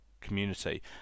community